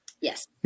Yes